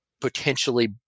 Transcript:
potentially